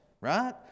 Right